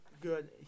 Good